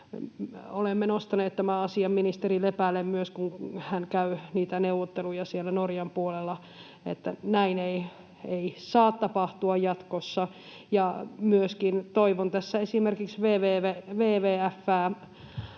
Olemme nostaneet tämän asian myös ministeri Lepälle, kun hän käy niitä neuvotteluja siellä Norjan puolella, että näin ei saa tapahtua jatkossa. Ja myöskin toivon esimerkiksi WWF:ää